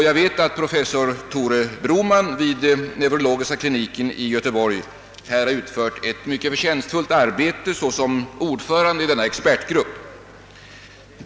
Jag vet att professor Tore Broman vid neurologiska kliniken i Göteborg har utfört ett mycket förtjänst fullt arbete såsom ordförande i denna expertgrupp.